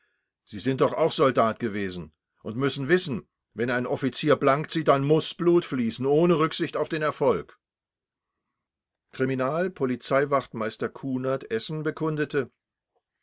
sie sind doch auch soldat gewesen und müssen wissen wenn ein offizier blank zieht dann muß blut fließen ohne rücksicht auf den erfolg kriminal polizeiwachtmeister kunert essen bekundete